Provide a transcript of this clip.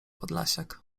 podlasiak